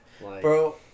Bro